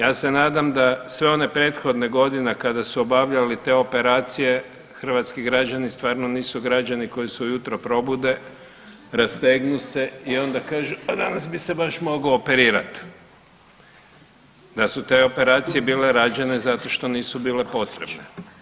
Ja se nadam da sve one prethodne godine kada su obavljali te operacije hrvatski građani stvarno nisu građani koji se ujutro probude, rastegnu se i onda kažu pa danas bi se baš mogao operirati, da su te operacije bile rađene zato što nisu bile potrebne.